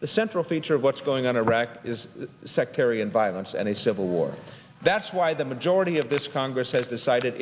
the central feature of what's going on iraq is sectarian violence and a civil war that's why the majority of this congress has decided